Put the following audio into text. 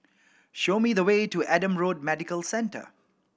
show me the way to Adam Road Medical Centre